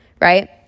right